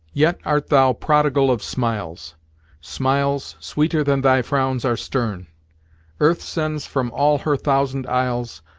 yet art thou prodigal of smiles smiles, sweeter than thy frowns are stern earth sends from all her thousand isles,